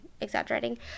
exaggerating